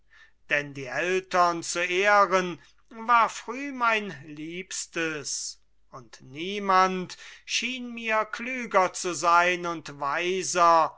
denn die eltern zu ehren war früh mein liebstes und niemand schien mir klüger zu sein und weiser